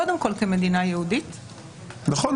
קודם כול כמדינה יהודית -- נכון,